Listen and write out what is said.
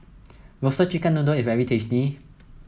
Roasted Chicken Noodle is very tasty